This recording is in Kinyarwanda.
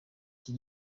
iki